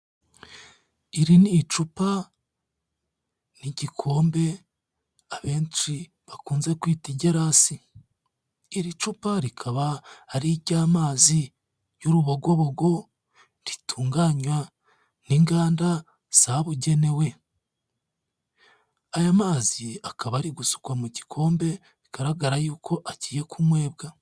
Iri ni icupa n'igikombe, abenshi bakunze kwita igerasi. Iri cupa rikaba ari iry'amazi y'urubogobogo ritunganwa n'inganda zabugenewe. Aya mazi akaba ari gusukwa mu gikombe, bigaragara yuko agiye kunywebwa.